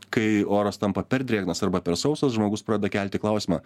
kai oras tampa per drėgnas arba per sausas žmogus pradeda kelti klausimą